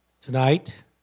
Tonight